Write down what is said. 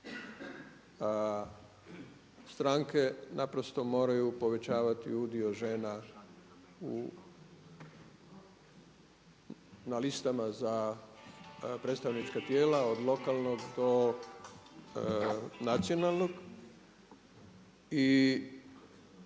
Stranke naprosto moraju povećavati udio žena na listama za predstavnička tijela od lokalnog do nacionalnog i